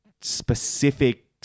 specific